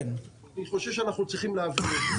אני חושב שאנחנו צריכים להבין,